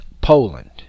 Poland